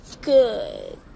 good